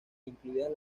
incluidas